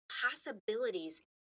possibilities